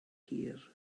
hir